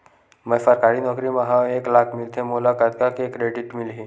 मैं सरकारी नौकरी मा हाव एक लाख मिलथे मोला कतका के क्रेडिट मिलही?